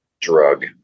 drug